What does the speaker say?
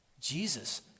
Jesus